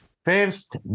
First